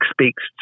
speaks